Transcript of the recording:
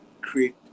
create